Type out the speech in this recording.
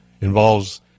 involves